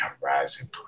Horizon